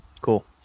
Cool